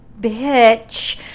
bitch